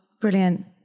Brilliant